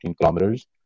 kilometers